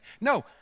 No